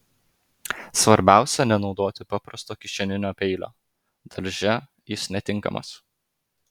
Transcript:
svarbiausia nenaudoti paprasto kišeninio peilio darže jis netinkamas